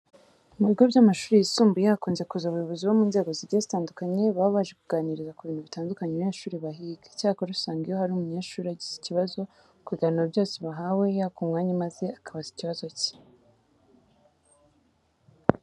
Mu bigo by'amashuri yisumbuye hakunze kuza abayobozi bo mu nzego zigiye zitandukanye baba baje kuganiriza ku bintu bitandukanye abanyeshuri bahiga. Icyakora usanga iyo hari umunyeshuri agize ikibazo ku biganiro byose bahawe, yaka umwanya maze akabaza ikibazo cye.